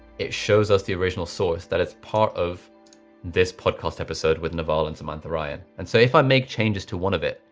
it shows us the original source. that is part of this podcast episode with naval and samantha ryan. and so if i make changes to one of it,